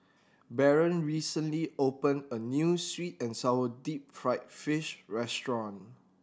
Barron recently opened a new sweet and sour deep fried fish restaurant